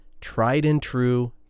tried-and-true